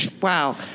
Wow